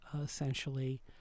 essentially—